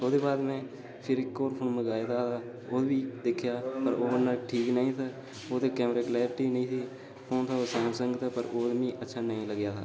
ओह् बा'दिक्खेआ ओह् उन्ना ठीक नेईं था ओह्दे कैमरे च कलैरटी नेईं थी फोन एह् सैमसंग दा पर ओह् मिगी अच्छा नेईं लग्गेआ हा